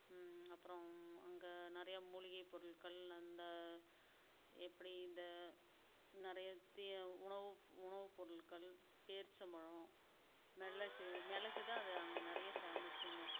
அப்புறம் அங்கே நிறையா மூலிகை பொருட்கள் அந்த எப்படி இந்த நிறைய உணவு உணவு பொருள்கள் பேரிச்சம்பழம் மிளகு மிளகு தான் அது அங்கே நிறைய ஃபேமஸுங்க